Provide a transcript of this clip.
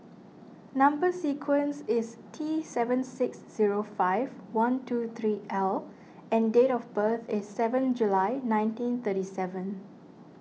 Number Sequence is T seven six zero five one two three L and date of birth is seven July nineteen thirty seven